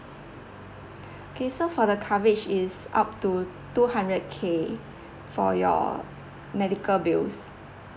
okay so for the coverage is up to two hundred K for your medical bills